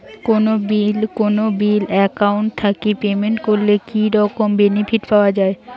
কোনো bill account থাকি payment করলে কি রকম বেনিফিট পাওয়া য়ায়?